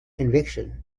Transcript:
conviction